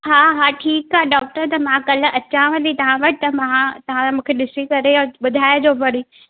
हा हा ठीकु आहे डॉक्टर त मां कल्हि अचांव थी तव्हां वटि त मां तव्हां मूंखे ॾिसी करे ॿुधाए जो वरी